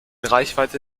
reichweite